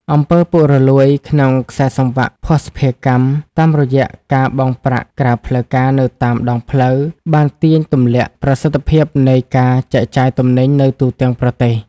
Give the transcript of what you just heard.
អំពើពុករលួយ ក្នុងខ្សែសង្វាក់ភស្តុភារកម្ម តាមរយៈការបង់ប្រាក់ក្រៅផ្លូវការនៅតាមដងផ្លូវ បានទាញទម្លាក់ប្រសិទ្ធភាពនៃការចែកចាយទំនិញនៅទូទាំងប្រទេស។